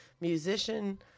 musician